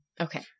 okay